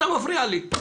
אתה מפריע לי.